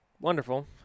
wonderful